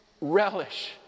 relish